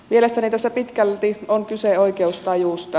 mielestäni tässä pitkälti on kyse oikeustajusta